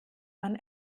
man